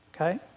okay